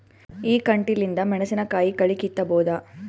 ಈ ಕಂಟಿಲಿಂದ ಮೆಣಸಿನಕಾಯಿ ಕಳಿ ಕಿತ್ತಬೋದ?